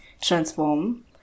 transform